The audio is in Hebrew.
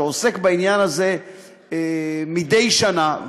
שעוסק בעניין הזה מדי שנה,